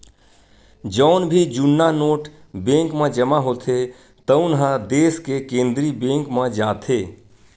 जउन भी जुन्ना नोट बेंक म जमा होथे तउन ह देस के केंद्रीय बेंक म जाथे